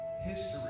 history